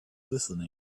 listening